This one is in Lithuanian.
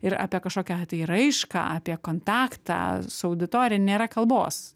ir apie kažkokią tai raišką apie kontaktą su auditorija nėra kalbos